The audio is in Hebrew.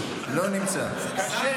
לא נמצא,